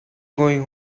going